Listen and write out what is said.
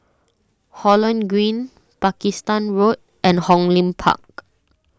Holland Green Pakistan Road and Hong Lim Park